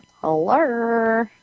Hello